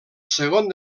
segon